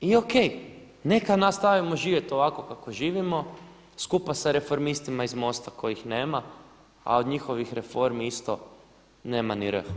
I O.K., neka nastavimo živjeti ovako kako živimo, skupa sa reformistima iz MOST-a kojih nema a od njihovih reformi isto nema ni R. Hvala.